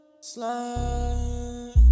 slide